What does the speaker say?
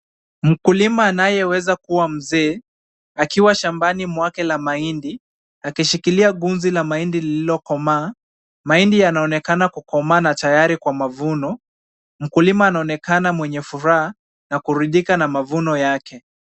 Mkulima anayeweza kuwa mzee akiwa shambani mwake la mahindi akishikilia gunzi la mahindi lililokomaa. Mahindi yanaonekana kukomaa na tayari kwa mavuno, mkulima anaonekana mwenye furaha na kuridhika na mavuno yake.